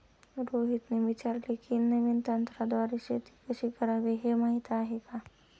रोहितने विचारले की, नवीन तंत्राद्वारे शेती कशी करावी, हे माहीत आहे का?